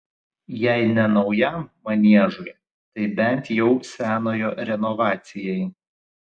jei ne naujam maniežui tai bent jau senojo renovacijai